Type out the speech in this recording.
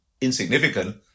insignificant